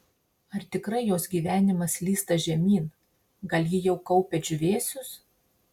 ar tikrai jos gyvenimas slysta žemyn gal ji jau kaupia džiūvėsius